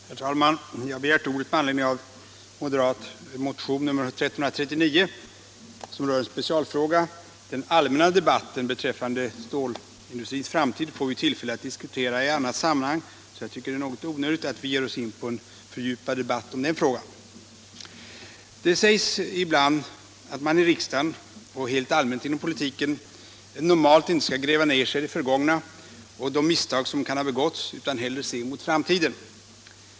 Herr talman! Jag har begärt ordet med anledning av en moderat motion, 1976/77:1339, som rör en specialfråga. Den allmänna debatten beträffande stålindustrins framtid får vi tillfälle att diskutera i annat sammanhang, varför jag tycker det är onödigt att vi nu ger oss in på en fördjupad debatt om den frågan. É Det sägs ibland att man i riksdagen och helt allmänt inom politiken normalt inte skall gräva ner sig i det förgångna och de misstag som kan ha begåtts utan hellre se mot framtiden.